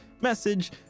message